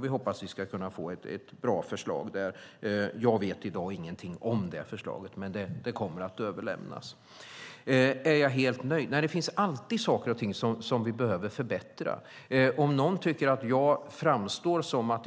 Vi hoppas kunna få ett bra förslag. Jag vet i dag inget om det förslaget, men det kommer att överlämnas. Är jag helt nöjd? Nej, det finns alltid saker som vi behöver förbättra. Om någon tycker att jag verkar